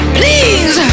please